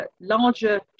larger